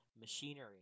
Machinery